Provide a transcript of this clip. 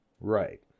Right